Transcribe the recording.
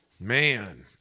man